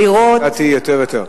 נתתי כבר יותר.